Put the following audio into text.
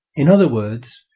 in other words,